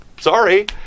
Sorry